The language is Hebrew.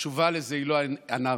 התשובה לזה היא לא אנרכיה,